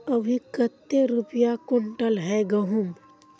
अभी कते रुपया कुंटल है गहुम?